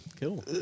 Cool